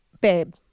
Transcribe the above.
babe